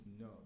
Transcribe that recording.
no